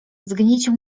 zgniecie